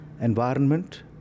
environment